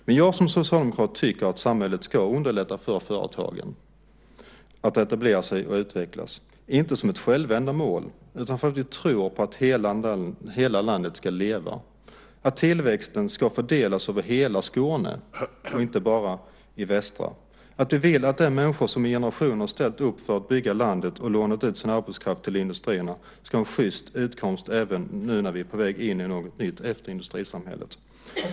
Men jag som socialdemokrat tycker att samhället ska underlätta för företagen att etablera sig och utvecklas, inte som ett självändamål utan för att vi tror på att hela landet ska leva, att tillväxten ska fördelas över hela Skåne och inte bara i västra, att vi vill att de människor som i generationer ställt upp för att bygga landet och lånat ut sin arbetskraft till industrierna ska ha en sjyst utkomst även nu när vi är på väg in i något nytt efter industrisamhället.